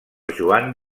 joan